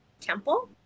temple